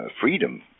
freedom